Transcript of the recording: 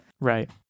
Right